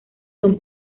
son